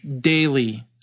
daily